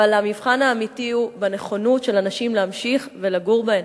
אבל המבחן האמיתי הוא בנכונות של האנשים להמשיך לגור בהן.